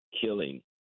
killing